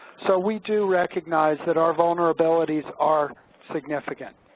so we do recognize that our vulnerabilities are significant.